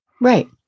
Right